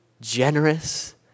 generous